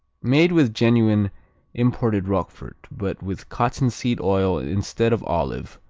made with genuine imported roquefort, but with cottonseed oil instead of olive,